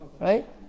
Right